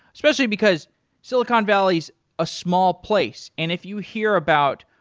especially because silicon valley's a small place, and if you hear about,